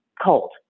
Cold